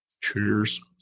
Cheers